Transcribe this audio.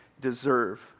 deserve